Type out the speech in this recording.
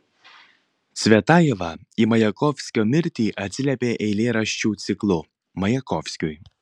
cvetajeva į majakovskio mirtį atsiliepė eilėraščių ciklu majakovskiui